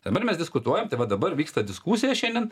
dabar mes diskutuojam tai va dabar vyksta diskusija šiandien